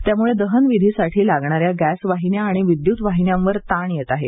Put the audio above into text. त्यामुळे दहन विधी साठी लागणाऱ्या गॅस वाहिन्या आणि विद्युत दाहिन्यांवर ताण येत आहे